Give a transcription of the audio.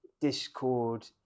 discord